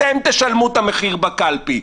אתם תשלמו את המחיר בקלפי.